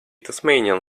tasmanian